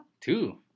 two